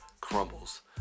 crumbles